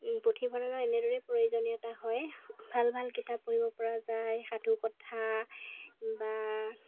পুথিভঁৰালৰ এনেদৰে প্ৰয়োজনীয়তা হয় ভাল ভাল কিতাপ পঢ়িব পৰা যায় সাধুকথা বা